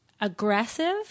aggressive